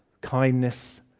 kindness